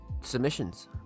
submissions